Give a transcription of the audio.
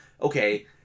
Okay